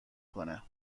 کنه